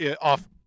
off